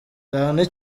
cyane